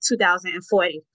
2040